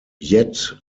yet